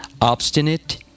obstinate